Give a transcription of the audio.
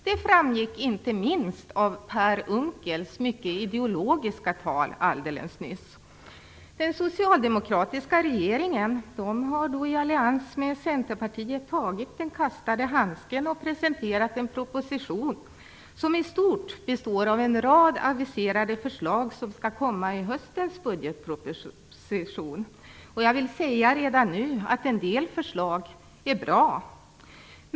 Det framgick inte minst av Per Unckels mycket ideologiska tal alldeles nyss. Den socialdemokratiska regeringen har i allians med Centerpartiet tagit den kastade handsken och presenterat en proposition som i stort består av en rad aviserade förslag som skall komma i höstens budgetproposition. Jag vill säga redan nu att en del förslag är bra.